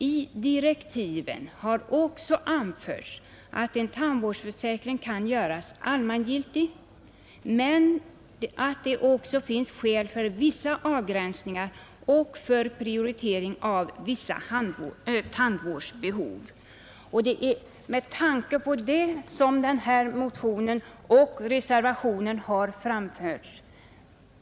I direktiven har också anförts att en tandvårdsförsäkring kan göras allmängiltig, men att det också kan finnas skäl för vissa avgränsningar och för prioritering av vissa tandvårdsbehov.” Det är med tanke på detta som motionen och reservationen har tillkommit.